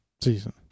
season